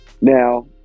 Now